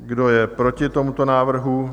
Kdo je proti tomuto návrhu?